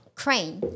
crane